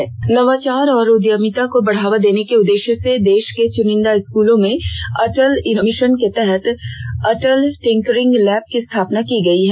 अटल tinkering नवाचार और उद्यमिता को बढ़ावा देने के उददेष्य से देष के च्निंदा स्कूलों में अटल इनोवेषन मिषन के तहत अटल टिंकरंग लैब की स्थापना की गई है